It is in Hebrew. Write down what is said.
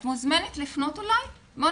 את מוזמנת לפנות אלי ונדבר.